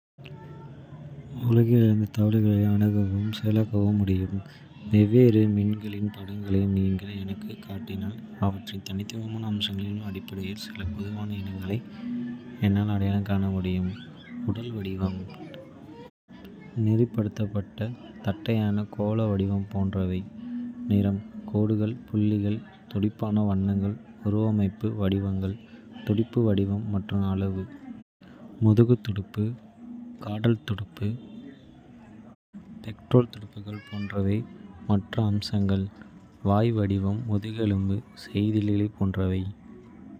உலகில் இருந்து தகவல்களை அணுகவும் செயலாக்கவும் முடியும். வெவ்வேறு மீன்களின் படங்களை நீங்கள் எனக்குக் காட்டினால், அவற்றின் தனித்துவமான அம்சங்களின் அடிப்படையில் சில பொதுவான இனங்களை. என்னால் அடையாளம் காண முடியும். உடல் வடிவம்: நெறிப்படுத்தப்பட்ட, தட்டையான, கோள வடிவம் போன்றவை. நிறம் கோடுகள், புள்ளிகள், துடிப்பான வண்ணங்கள், உருமறைப்பு வடிவங்கள். துடுப்பு வடிவம் மற்றும் அளவு முதுகுத் துடுப்பு, காடல் துடுப்பு, பெக்டோரல் துடுப்புகள் போன்றவை. மற்ற அம்சங்கள்: வாய் வடிவம், முதுகெலும்புகள், செதில்கள் போன்றவை.